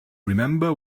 remember